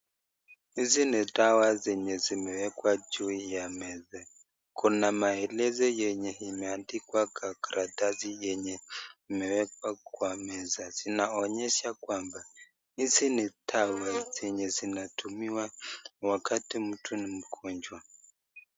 Hizi ni dawa zenye zimewekwa juu ya meza, kuna maelezo enye imeandikwa kwa karatasi yenye imewekwa kwa meza inaonyesha kwamba, hizi ni dawa zenye zinatumiwa wakati mtu ni mgonjwa.